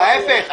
להפך.